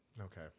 Okay